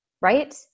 Right